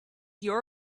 your